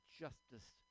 justice